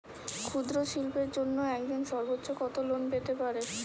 ক্ষুদ্রশিল্পের জন্য একজন সর্বোচ্চ কত লোন পেতে পারে?